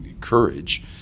courage